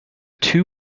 two